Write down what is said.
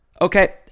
Okay